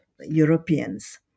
Europeans